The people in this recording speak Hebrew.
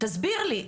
תסביר לי.